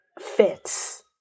fits